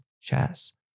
chess